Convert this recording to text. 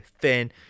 thin